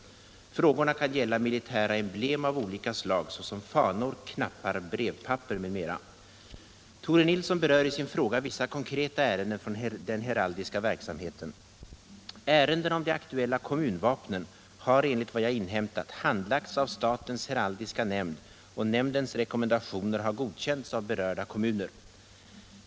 Frågorna kan gälla militära emblem av olika slag, såsom fanor, knappar, brevpapper m.m. Tore Nilsson berör i sin fråga vissa konkreta ärenden från den heraldiska verksamheten. Ärendena om de aktuella kommunvapnen har enligt vad jag inhämtat handlagts av statens heraldiska nämnd, och nämndens rekommendationer har godkänts av berörda kommuner.